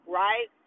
right